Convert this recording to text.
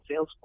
Salesforce